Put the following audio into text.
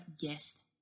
guest